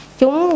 chúng